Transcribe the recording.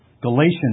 Galatians